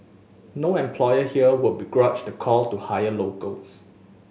no employer here would begrudge the call to hire locals